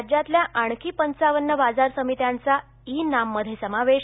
राज्यातल्या आणखी पंचावन्न बाजार समित्यांचा ई नाममध्ये समावेश